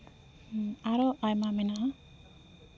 ᱟᱨᱚ ᱟᱭᱢᱟ ᱢᱮᱱᱟᱜᱼᱟ